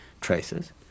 traces